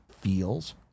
feels